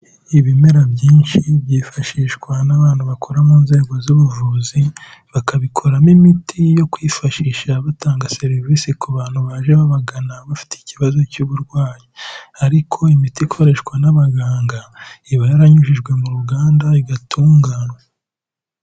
Ibimera byinshi byifashishwa n'abantu bakora mu nzego z'ubuvuzi, bakabikoramo imiti yo kwifashisha batanga serivise ku bantu baje babagana bafite ikibazo cy'uburwayi, ariko imiti ikoreshwa n'abaganga iba yaranyujijwe mu ruganda, igatunganywa.